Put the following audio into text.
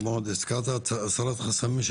כמו הזכרת הסרת חסמים,